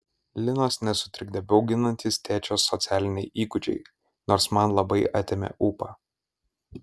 linos nesutrikdė bauginantys tėčio socialiniai įgūdžiai nors man labai atėmė ūpą